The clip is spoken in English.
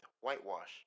whitewash